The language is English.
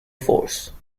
force